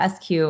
SQ